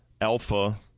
Alpha